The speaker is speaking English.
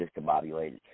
discombobulated